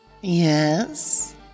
Yes